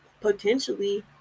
potentially